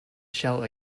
shell